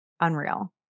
unreal